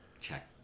check